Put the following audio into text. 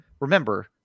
Remember